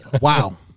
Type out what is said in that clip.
wow